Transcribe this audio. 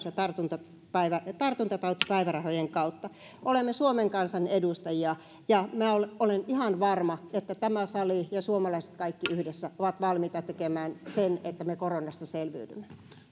ja sairaus ja tartuntatautipäivärahojen kautta olemme suomen kansan edustajia ja minä olen olen ihan varma että tämä sali ja suomalaiset kaikki yhdessä ovat valmiita tekemään sen että me koronasta selviydymme